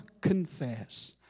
confess